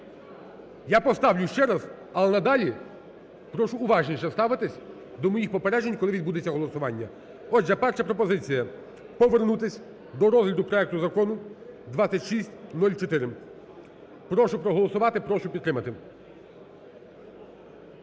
Я поставлю ще раз, але надалі прошу уважніше ставитись до моїх попереджень, коли відбудеться голосування. Отже, перша пропозиція: повернутись до розгляду проекту Закону 2604. Прошу проголосувати. Прошу підтримати.